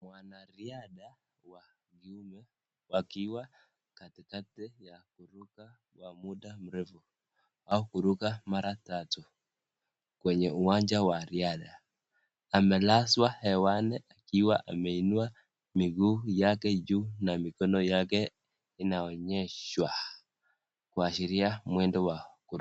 Wanariadha wa kiume wakiwa katikati ya kuruka kwa muda mrefu, au kuruka mara tatu, kwenye uwanja wa riadha, amelazwa hewani akiwa ameinua miguu yake juu na mikono yake inaonyeshwa kuashiria mwendo wa kuruka.